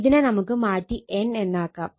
ഇതിനെ നമുക്ക് മാറ്റി n എന്നാക്കാം